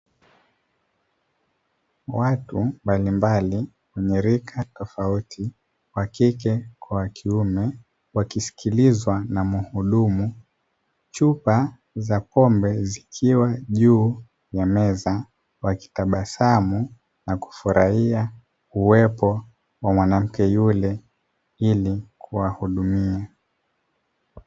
Watu mbalimbali wenye rika tofauti wakike kwa wakiume wakisikilizwa na muhudumu. Chupa za pombe zikiwa juu ya meza, wakitabasamu na kufurahia uwepo wa mwanamke yule ili kuwahudumia.